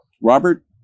Robert